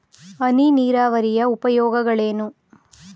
ಹನಿ ನೀರಾವರಿಯ ಉಪಯೋಗಗಳೇನು?